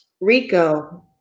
Rico